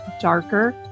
darker